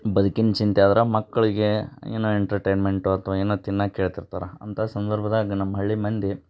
ಬದ್ಕಿನ ಚಿಂತೆ ಆದ್ರೆ ಮಕ್ಕಳಿಗೆ ಏನೋ ಎಂಟರ್ಟೈನ್ಮೆಂಟೊ ಅಥವಾ ಏನೋ ತಿನ್ನಕ್ಕೆ ಕೇಳ್ತಿರ್ತಾರೆ ಅಂಥ ಸಂದರ್ಭ್ದಾಗೆ ನಮ್ಮ ಹಳ್ಳಿ ಮಂದಿ